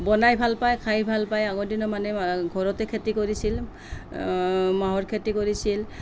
বনাই ভাল পায় খাই ভাল পায় আগৰ দিনৰ মানুহে ঘৰতে খেতি কৰিছিল মাহৰ খেতি কৰিছিল